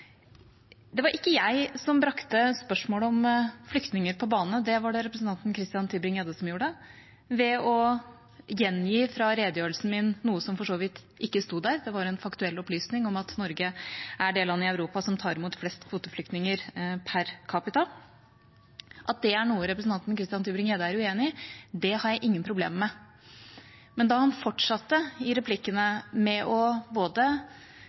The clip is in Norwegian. Det var ikke jeg som brakte spørsmålet om flyktninger på banen, det var det representanten Christian Tybring-Gjedde som gjorde, ved å gjengi fra redegjørelsen min noe som for så vidt ikke sto der, det var en faktuell opplysning om at Norge er det landet i Europa som tar imot flest kvoteflyktninger per capita. At det er noe representanten Christian Tybring-Gjedde er uenig i, har jeg ingen problemer med. Men i replikkene fortsatte han med både å beskylde meg og